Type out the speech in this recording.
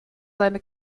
seine